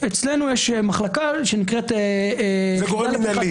זה גורם מינהלי.